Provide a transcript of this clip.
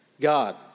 God